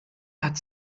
hat